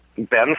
Ben